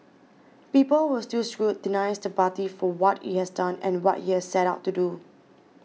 people will still scrutinise the party for what it has done and what it has set out to do